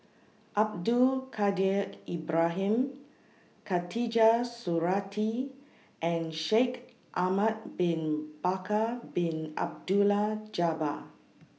Abdul Kadir Ibrahim Khatijah Surattee and Shaikh Ahmad Bin Bakar Bin Abdullah Jabbar